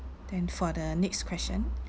then for the next question